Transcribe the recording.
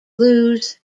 lose